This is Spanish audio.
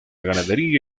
ganadería